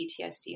PTSD